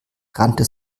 rannte